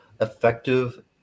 effective